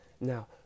Now